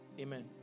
Amen